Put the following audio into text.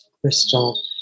crystal